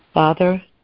Father